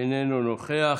איננו נוכח,